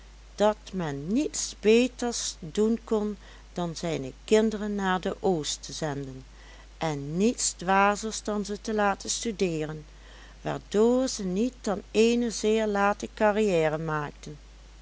dat men niets beters doen kon dan zijne kinderen naar de oost te zenden en niets dwazers dan ze te laten studeeren waardoor ze niet dan eene zeer late carrière maakten